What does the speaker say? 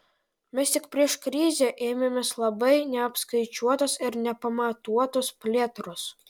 mes tik prieš krizę ėmėmės labai neapskaičiuotos ir nepamatuotos plėtros